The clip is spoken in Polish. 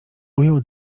ujął